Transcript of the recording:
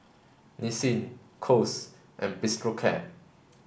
Nissin Kose and Bistro Cat